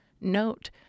note